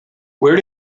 where